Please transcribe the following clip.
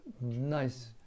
Nice